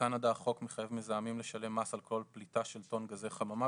בקנדה החוק מחייב מזהמים לשלם מס על כל פליטה של טון גזי חממה,